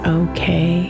okay